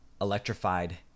electrified